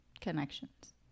connections